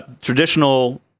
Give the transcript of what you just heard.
traditional